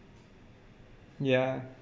ya